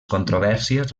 controvèrsies